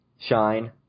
Shine